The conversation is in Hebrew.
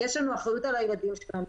יש לנו אחריות על הילדים שלנו.